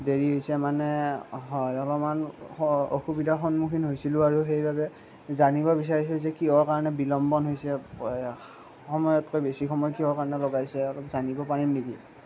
দেৰি হৈছে মানে হয় অলপমান অসুবিধা সন্মুখীন হৈছিলোঁ আৰু সেইবাবে জানিব বিচাৰিছোঁ যে কিহৰ কাৰণে বিলম্বন হৈছে সময়তকৈ বেছি সময় কিহৰ কাৰণে লগাইছে অলপ জানিব পাৰিম নেকি